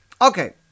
Okay